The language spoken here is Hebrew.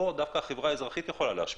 כאן, דווקא החברה האזרחית יכולה להשפיע,